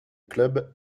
club